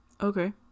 Okay